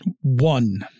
One